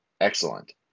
excellent